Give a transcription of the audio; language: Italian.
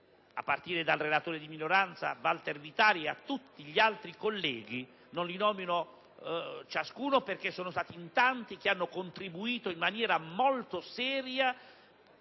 a partire dal relatore di minoranza Walter Vitali e tutti gli altri colleghi (che non nomino perché sono tanti), che hanno contribuito in maniera molto seria